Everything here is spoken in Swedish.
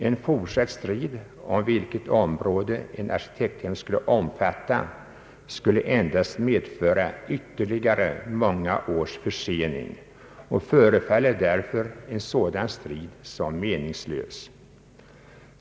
En fortsatt strid om vilket område en arkitekttävling borde omfatta skulle endast medföra ytterligare många års försening, och då förefaller en sådan strid meningslös.